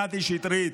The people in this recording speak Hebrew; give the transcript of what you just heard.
קטי שטרית,